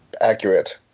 accurate